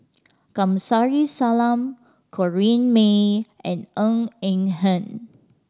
Kamsari Salam Corrinne May and Ng Eng Hen